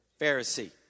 Pharisee